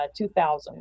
2000